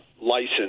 license